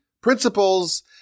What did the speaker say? principles